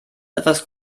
etwas